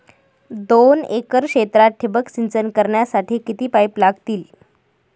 दोन एकर क्षेत्रात ठिबक सिंचन करण्यासाठी किती पाईप लागतील?